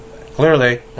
clearly